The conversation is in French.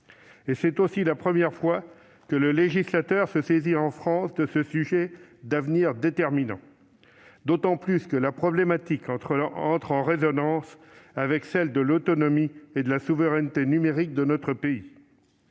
C'est aussi la première fois que le législateur se saisit en France de ce sujet d'avenir, d'autant plus déterminant que la problématique entre en résonnance avec celle de l'autonomie et de la souveraineté numérique de notre pays.